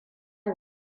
mu